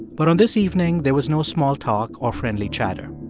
but on this evening, there was no small talk or friendly chatter.